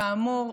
כאמור,